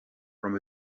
from